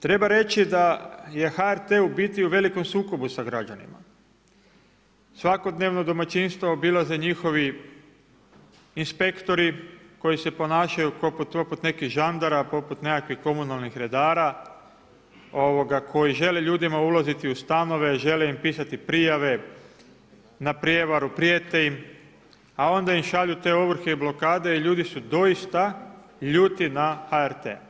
Treba reći da je HRT u biti u velikom sukobu sa građanima, svakodnevno domaćinstvo obilaze njihovi inspektori koji se ponašaju poput nekih žandara poput nekakvih komunalnih redara, koji žele ljudima ulaziti u stanove, žele im pisati prijave na prevaru, prebijte im, a onda im šalju te ovrhe i blokade i ljudi su doista ljuti na HRT.